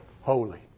Holy